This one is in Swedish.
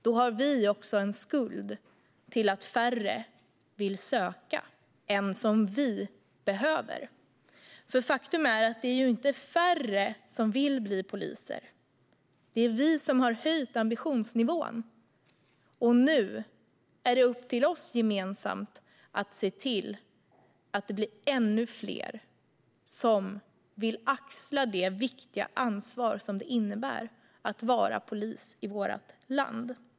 Då har vi också en skuld till att färre än vi behöver vill söka. Faktum är nämligen att det inte är färre som vill bli poliser, utan det är vi som har höjt ambitionsnivån. Nu är det upp till oss att gemensamt se till att det blir ännu fler som vill axla det viktiga ansvar det innebär att vara polis i vårt land.